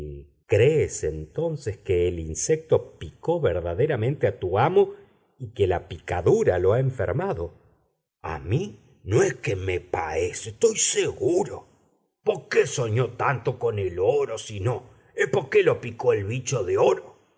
crees entonces que el insecto picó verdaderamente a tu amo y que la picadura lo ha enfermado a mí no é que me paece toy seguro po qué soñó tanto con el oro si no é poque lo picó el bicho de oro